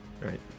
Right